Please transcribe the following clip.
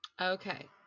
okay